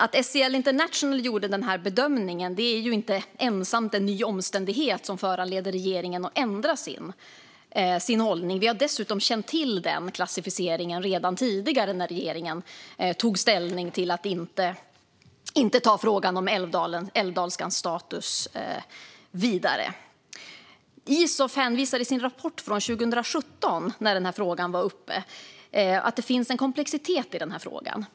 Att SIL International gjorde sin bedömning är inte ensamt en ny omständighet som föranleder regeringen att ändra sin hållning. Vi kände dessutom till denna klassificering sedan tidigare, då regeringen tog ställning till att inte ta frågan om älvdalskans status vidare. Svar på interpellationer Isof hänvisade i sin rapport från 2017, då frågan var uppe, till att det finns en komplexitet i frågan.